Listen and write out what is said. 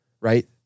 right